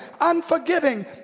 unforgiving